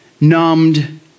numbed